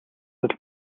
үзэл